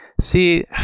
See